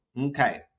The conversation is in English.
Okay